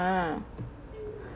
ah